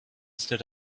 stood